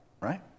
right